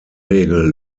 regel